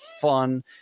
fun